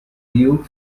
tiu